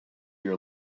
your